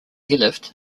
airlift